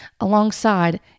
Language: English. alongside